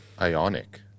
Ionic